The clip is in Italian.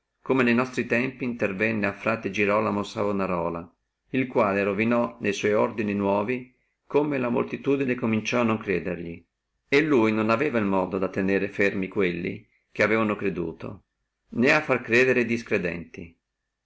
come ne nostri tempi intervenne a fra girolamo savonerola il quale ruinò ne sua ordini nuovi come la moltitudine cominciò a non crederli e lui non aveva modo a tenere fermi quelli che avevano creduto né a far credere e discredenti